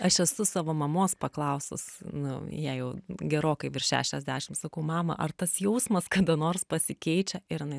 aš esu savo mamos paklausus nu jai jau gerokai virš šešiasdešim sakau mama ar tas jausmas kada nors pasikeičia ir jinai